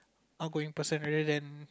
outgoing person rather than